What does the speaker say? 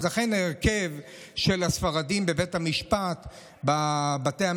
אז לכן ההרכב של הספרדים בבתי המשפט מצומצם.